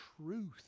truth